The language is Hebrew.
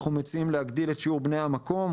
אנחנו מציעים להגדיל את שיעור בני המקום,